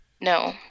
No